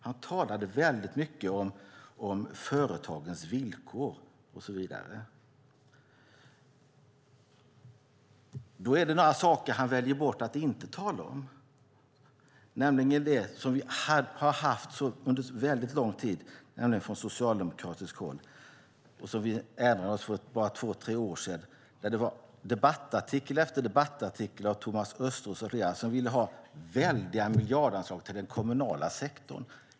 Han talade mycket om företagens villkor och så vidare. Då är det några saker han väljer bort att tala om. Under lång tid - vi erinrades om detta för bara två tre år sedan i debattartikel efter debattartikel av Thomas Östros med flera - har vi från socialdemokratiskt håll hört att man vill ha väldiga miljardanslag till den kommunala sektorn.